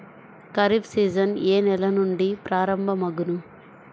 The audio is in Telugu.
ఖరీఫ్ సీజన్ ఏ నెల నుండి ప్రారంభం అగును?